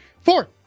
Four